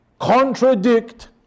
Contradict